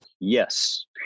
yes